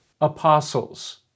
apostles